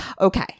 Okay